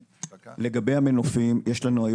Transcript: לגבי המנופים היום יש לנו,